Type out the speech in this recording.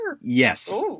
Yes